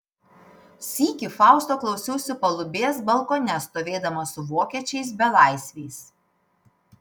sykį fausto klausiausi palubės balkone stovėdama su vokiečiais belaisviais